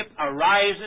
arises